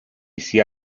sia